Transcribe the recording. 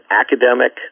academic